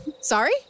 sorry